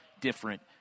different